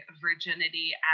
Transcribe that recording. virginity